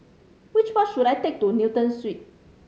which bus should I take to Newton Suites